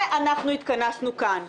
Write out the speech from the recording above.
לשם זה אנחנו התכנסנו כאן,